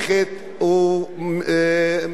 ומתרחבת.